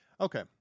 okay